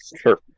Sure